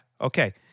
okay